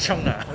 穷 ah